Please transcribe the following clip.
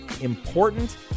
important